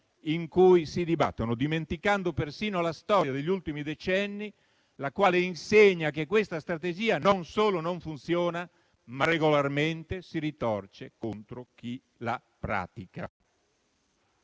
in cui si dibattono, dimenticando persino la storia degli ultimi decenni, la quale insegna che questa strategia non solo non funziona, ma regolarmente si ritorce contro chi la pratica.